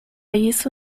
isso